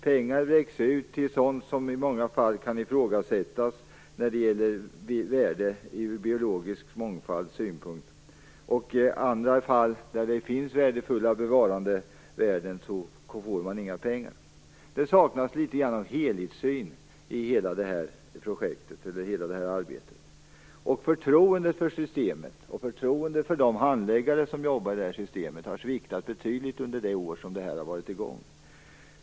Pengar läggs på sådant som i många fall kan ifrågasättas om man värderar det med tanke på den biologiska mångfalden. I andra fall, där det finns värdefulla bevarandevärden, utgår inga pengar. Det saknas litet grand av helhetssyn i hela detta arbete. Förtroendet för systemet och för de handläggare som jobbar i detta system har sviktat betydligt under det år som detta har pågått.